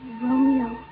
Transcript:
Romeo